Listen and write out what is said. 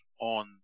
on